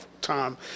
time